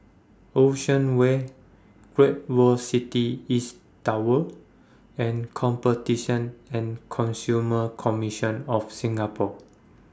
Ocean Way Great World City East Tower and Competition and Consumer Commission of Singapore